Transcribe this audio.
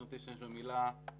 אני רוצה להשתמש במילה תקווה.